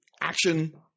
action